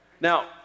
Now